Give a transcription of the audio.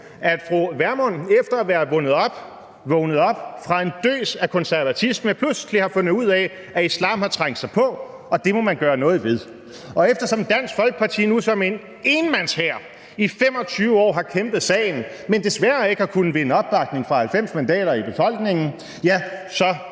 at fru Vermund efter at være vågnet op fra en døs af konservatisme pludselig har fundet ud af, at islam har trængt sig på, og at det må man gøre noget ved. Eftersom Dansk Folkeparti nu som en enmandshær i 25 år har kæmpet sagen, men desværre ikke har kunnet vinde opbakning til 90 mandater hos befolkningen, ja, så